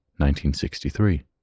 1963